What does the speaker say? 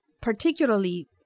particularly